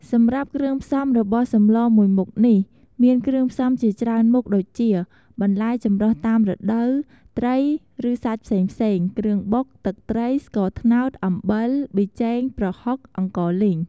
សម្រាប់គ្រឿងផ្សំរបស់សម្លរមួយមុខនេះមានគ្រឿងផ្សំជាច្រើនមុខ ដូចជា បន្លែចម្រុះតាមរដូវ ត្រី ឬ សាច់ផ្សេងៗ គ្រឿងបុក ទឹកត្រី ស្ករត្នោត អំបិល ប៊ីចេង ប្រហុក អង្ករលីង។